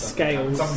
Scales